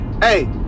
hey